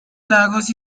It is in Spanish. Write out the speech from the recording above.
lagos